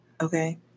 Okay